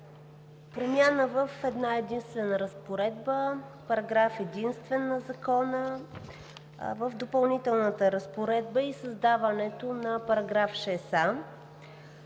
промяна в една-единствена разпоредба – параграф единствен на Закона, в допълнителната разпоредба и създаването на § 6а,